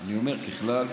אני אומר ככלל.